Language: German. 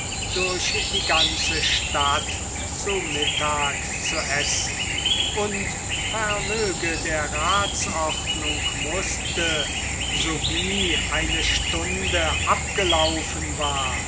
durch die ganze stadt zu mittag zu essen und vermöge der ratsordnung mußte so wie eine stunde abgelaufen war